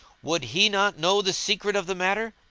would he not know the secret of the matter?